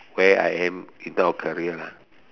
where I am in terms of career lah